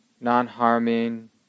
non-harming